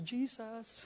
Jesus